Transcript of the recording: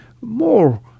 more